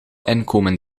inkomen